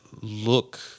look